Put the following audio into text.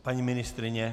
Paní ministryně?